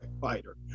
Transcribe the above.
fighter